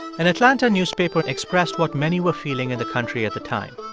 an atlanta newspaper expressed what many were feeling in the country at the time.